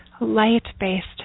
light-based